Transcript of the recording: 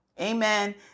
Amen